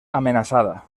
amenaçada